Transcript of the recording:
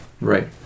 Right